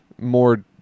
more